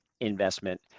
investment